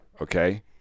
okay